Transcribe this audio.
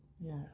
Yes